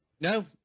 No